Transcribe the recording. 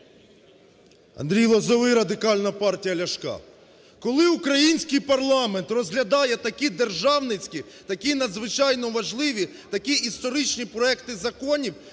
Андрій Лозовий, Радикальна партія Ляшка. Коли український парламент розглядає такі державницькі, такі надзвичайно важливі, такі історичні проекти законів,